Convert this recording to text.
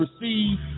receive